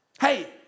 Hey